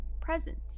presence